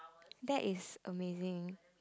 that is amazing